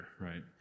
right